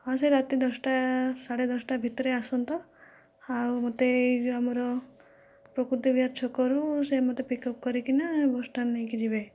ହଁ ସେ ରାତି ଦଶଟା ସାଢ଼େ ଦଶଟା ଭିତରେ ଆସନ୍ତ ଆଉ ମୋତେ ଏହି ଆମର ପ୍ରକୃତି ବିହାର ଛକରୁ ସେ ମୋତେ ପିକଅପ୍ କରିକିନା ବସ୍ଷ୍ଟାଣ୍ଡ ନେଇକି ଯିବେ